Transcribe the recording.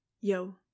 Yo